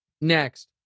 Next